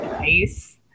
Nice